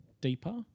deeper